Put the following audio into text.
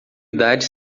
idade